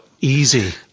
easy